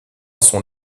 son